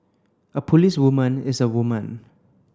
a policewoman is a woman